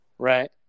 right